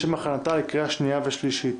לשם הכנתה לקריאה שנייה ושלישית